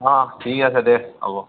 অঁ ঠিক আছে দে হ'ব